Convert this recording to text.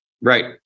Right